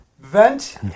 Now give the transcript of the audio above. vent